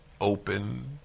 open